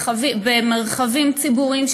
מרחבים ציבוריים,